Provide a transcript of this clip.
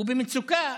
הוא במצוקה,